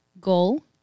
goal